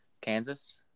Kansas